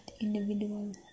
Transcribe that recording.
individual